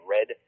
Red